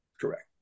correct